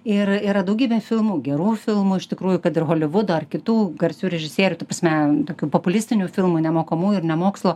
ir yra daugybė filmų gerų filmų iš tikrųjų kad ir holivudo ar kitų garsių režisierių ta prasme tokių populistinių filmų nemokamųjų ir ne mokslo